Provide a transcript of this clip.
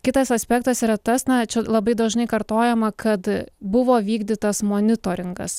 kitas aspektas yra tas na čia labai dažnai kartojama kad buvo vykdytas monitoringas